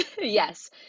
yes